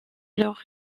leurs